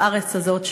בארץ הזאת,